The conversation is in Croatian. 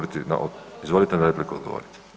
Izvolite na repliku odgovorite.